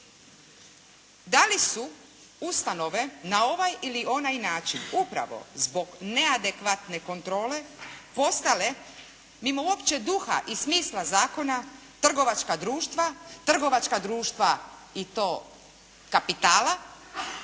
Da li su ustanove na ovaj ili onaj način upravo zbog neadekvatne kontrole postale mimo uopće duha i smisla zakona, trgovačka društva, trgovačka društva i to kapitala.